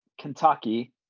Kentucky